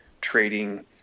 trading